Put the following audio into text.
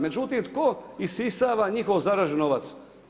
Međutim, tko isisava njihov zaražen novac?